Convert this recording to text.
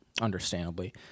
understandably